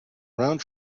round